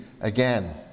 again